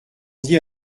dit